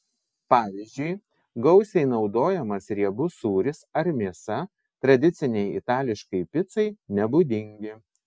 pavyzdžiui gausiai naudojamas riebus sūris ar mėsa tradicinei itališkai picai nebūdingi